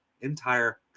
entire